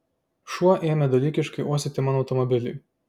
šuo ėmė dalykiškai uostyti mano automobilį